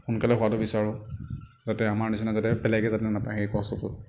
সোনকালে হোৱাতো বিচাৰোঁ যাতে আমাৰ নিচিনা যাতে বেলেগে যাতে নাপায় সেই কষ্টটো